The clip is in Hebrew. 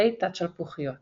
תת-שלפוחיות